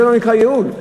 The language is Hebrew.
זה לא נקרא ייעול.